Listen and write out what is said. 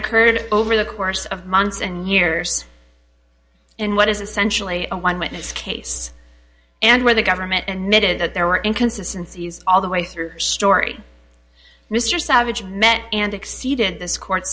occurred over the course of months and years in what is essentially a one witness case and where the government and knitted that there were inconsistencies all the way through her story mr savage met and exceeded this court